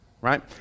right